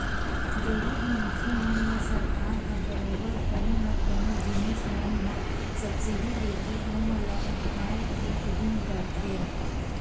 गरीब मनखे मन ल सरकार ह बरोबर कोनो न कोनो जिनिस मन म सब्सिडी देके ओमन ल उठाय के उदिम करथे